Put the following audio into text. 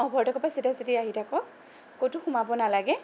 অ ভৰ্তকৰ পৰা চিধা চিধি আহি থাকক ক'তো সোমাব নালাগে